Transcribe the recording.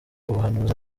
ubuhanuzi